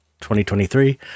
2023